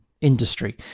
industry